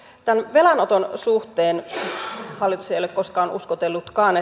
velanoton suhteen hallitus ei ole koskaan uskotellutkaan